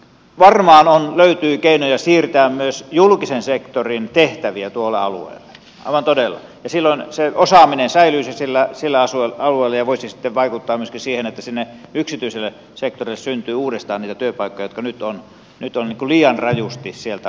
varmaan löytyy keinoja siirtää myös julkisen sektorin tehtäviä tuolle alueelle aivan todella ja silloin se osaaminen säilyisi sillä alueella ja voisi sitten vaikuttaa myöskin siihen että sinne yksityiselle sektorille syntyy uudestaan niitä työpaikkoja jotka nyt on liian rajusti sieltä